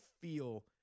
feel